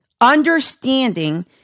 understanding